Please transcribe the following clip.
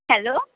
hello